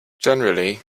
generally